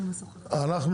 אנחנו נשוחח על כך.